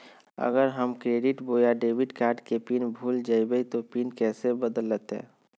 अगर हम क्रेडिट बोया डेबिट कॉर्ड के पिन भूल जइबे तो पिन कैसे बदलते?